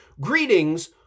greetings